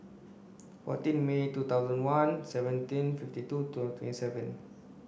fourteen May two thousand one seventeen fifty two twenty seven